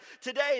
today